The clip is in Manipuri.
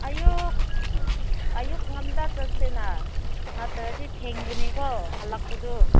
ꯑꯌꯨꯛ ꯑꯌꯨꯛ ꯉꯟꯇꯥ ꯆꯠꯁꯤꯅ ꯅꯠꯇ꯭ꯔꯗꯤ ꯊꯦꯡꯒꯅꯤꯀꯣ ꯍꯜꯂꯛꯄꯗꯨ